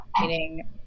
meaning